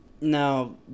Now